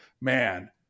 man